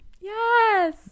yes